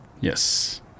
Yes